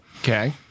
Okay